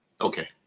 Okay